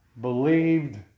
believed